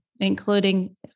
including